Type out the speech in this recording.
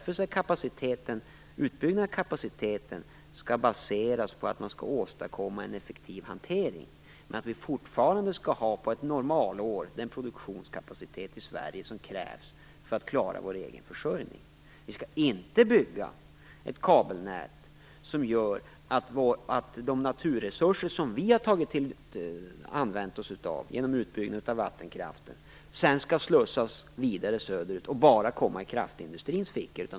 Därför skall en utbyggnad av kapaciteten baseras på att man kan åstadkomma en effektiv hantering, men att vi fortfarande på ett normalår skall ha den produktionskapacitet som krävs för att klara vår egen försörjning. Vi skall inte bygga ett kabelnät som gör att de naturresurser som vi använt oss av genom utbyggnaden av vattenkraften slussas vidare söderut och vinsterna hamnar enbart i kraftindustrins fickor.